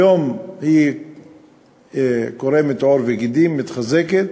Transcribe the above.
היום היא קורמת עור וגידים, מתחזקת.